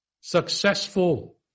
successful